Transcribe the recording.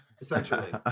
essentially